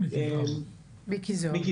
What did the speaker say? -- רם בן ברק יו"ר ועדת החוץ והביטחון: מיקי זוהר.